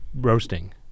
roasting